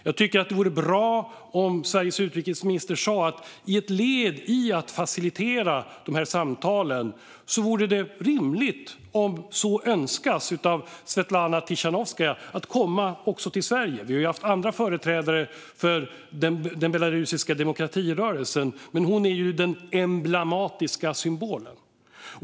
Jag tycker att det vore bra om Sveriges utrikesminister sa att i ett led i att facilitera de här samtalen vore det rimligt att Svetlana Tichanovskaja kommer till Sverige, om så önskas av henne. Vi har haft andra företrädare för den belarusiska demokratirörelsen här, men hon är den emblematiska symbolen.